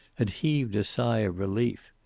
had heaved a sigh of relief.